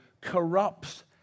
corrupts